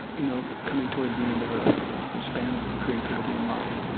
you know, coming towards the end of ah of a span of creativity in life.